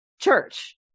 church